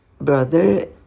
brother